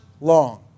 long